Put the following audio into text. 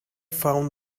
found